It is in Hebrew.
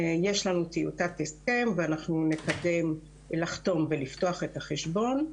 יש לנו טיוטת הסכם ואנחנו נקדם לחתום ולפתוח את החשבון.